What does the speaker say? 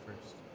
first